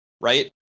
right